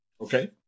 Okay